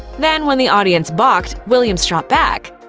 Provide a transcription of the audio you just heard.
then, when the audience balked, williams shot back,